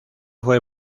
fue